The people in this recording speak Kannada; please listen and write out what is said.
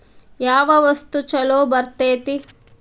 ಯಾವ ವಸ್ತು ಛಲೋ ಬರ್ತೇತಿ?